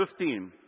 15